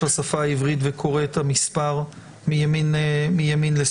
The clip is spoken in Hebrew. השפה העברית וקורא את המספר מימין לשמאל,